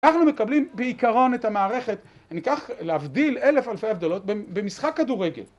אנחנו מקבלים בעיקרון את המערכת, אני אקח להבדיל אלף אלפי הבדלות במשחק כדורגל.